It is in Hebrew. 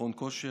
מכון כושר,